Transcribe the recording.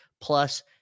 Plus